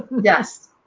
Yes